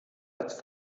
als